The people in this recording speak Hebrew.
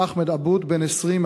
בן 20,